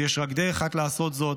ויש רק דרך אחת לעשות זאת,